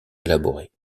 élaborées